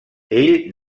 ell